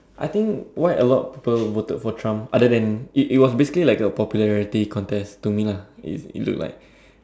I think why a lot people voted for Trump other than it it was basically like a popularity contest to me lah